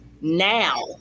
now